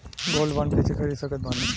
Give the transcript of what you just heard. Gold bond कईसे खरीद सकत बानी?